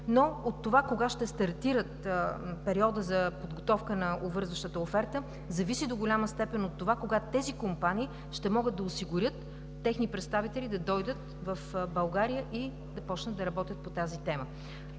но от това кога ще стартира периодът на обвързващата оферта зависи до голяма степен от това кога тези компании ще могат да осигурят техни представители да дойдат в България и да започнат да работят по тази тема.